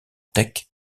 teck